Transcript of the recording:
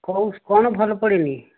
କୋଉ କ'ଣ ଭଲ ପଡ଼ିନି